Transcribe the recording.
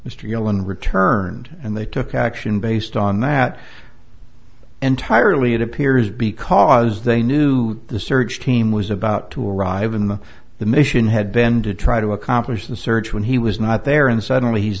mr yellin returned and they took action based on that entirely it appears because they knew the surge team was about to arrive in the the mission had then to try to accomplish the search when he was not there and suddenly he's